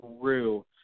grew